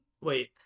wait